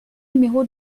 numéro